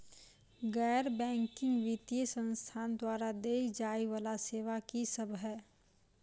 गैर बैंकिंग वित्तीय संस्थान द्वारा देय जाए वला सेवा की सब है?